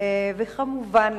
וכמובן,